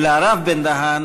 אלא הרב בן-דהן,